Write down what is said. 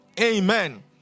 Amen